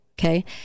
okay